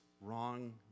wrong